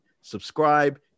subscribe